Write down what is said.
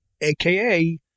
AKA